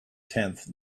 tenth